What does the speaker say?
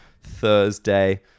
Thursday